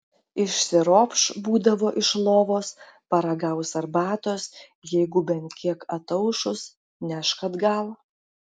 išsiropš būdavo iš lovos paragaus arbatos jeigu bent kiek ataušus nešk atgal